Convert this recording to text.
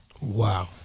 Wow